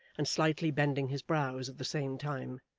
and slightly bending his brows at the same time.